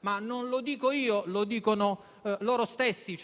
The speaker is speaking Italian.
e non lo dico io, ma gli stessi